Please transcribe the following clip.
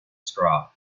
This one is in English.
straw